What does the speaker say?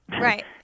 Right